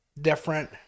different